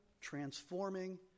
transforming